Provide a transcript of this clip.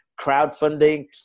crowdfunding